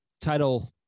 title